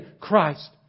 Christ